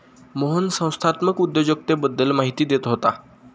मोहन संस्थात्मक उद्योजकतेबद्दल माहिती देत होता